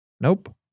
nope